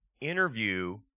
interview